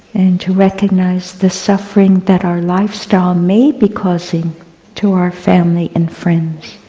to recognize the suffering that our lifestyle may be causing to our family and friends.